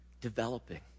Developing